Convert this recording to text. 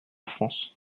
france